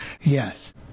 Yes